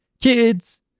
Kids